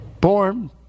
born